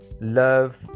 love